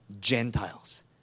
Gentiles